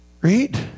read